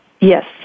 Yes